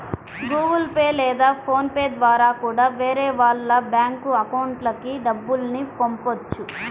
Google pay లేదా phone pay ద్వారా కూడా వేరే వాళ్ళ బ్యేంకు అకౌంట్లకి డబ్బుల్ని పంపొచ్చు